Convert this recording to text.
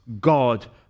god